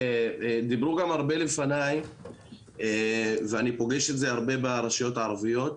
דיברו גם הרבה לפניי ואני פוגש את זה הרבה ברשויות הערביות.